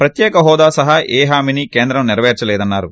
ప్రత్యేక హోదా సహా ఏ హామీని కేంద్రం ొసెరవేర్సలేదన్నారు